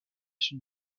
sud